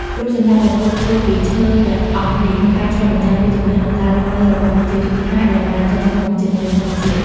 រូបសំណាកព្រះពុទ្ធធ្វើពីឈើទាំងអស់នេះបានឆ្លុះបញ្ចាំងពីជំនឿ និងការរស់នៅរបស់ប្រជាជនខ្មែរដែលបានចុះសម្រុងជាមួយធម្មជាតិ។